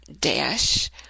dash